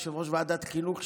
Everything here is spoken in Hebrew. יושב-ראש ועדת חינוך,